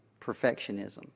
perfectionism